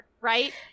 right